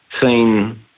seen